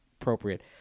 appropriate